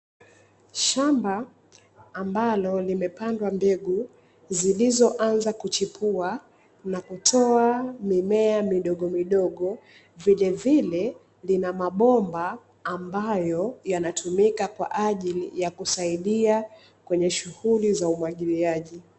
Shamba ambalo limepandwa mbegu zilizoanza kuchipua na kutoa mimea midogo midogo vilevile lina mabomba ambayo yanatumika kwa ajili ya kusaidia kwenye shughuli za umwagiliaji.